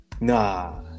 Nah